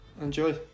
Enjoy